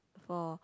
for